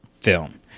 film